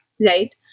right